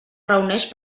reuneix